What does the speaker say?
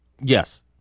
Yes